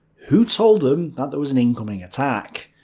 who told them that there was an incoming attack?